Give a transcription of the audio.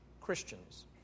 Christians